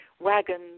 wagons